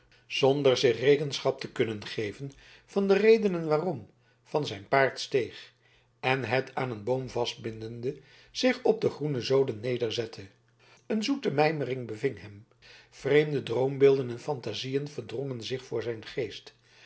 zonder zich rekenschap te kunnen geven van de reden waarom van zijn paard steeg en het aan een boom vastbindende zich op de groene zoden nederzette een zoete mijmerij beving hem vreemde droombeelden en fantasieën verdrongen zich voor zijn geest